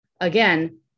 again